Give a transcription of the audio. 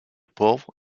pauvre